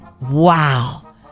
wow